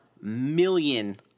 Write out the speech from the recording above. million